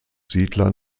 siedler